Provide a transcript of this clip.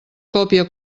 còpia